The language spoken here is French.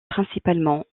principalement